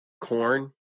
Corn